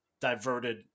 diverted